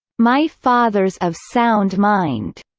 my father's of sound mind.